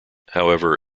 however